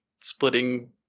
splitting